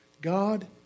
God